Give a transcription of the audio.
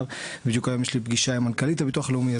בדיוק היום יש לי פגישה עם מנכ״לית הביטוח הלאומי,